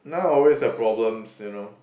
now I always have problems you know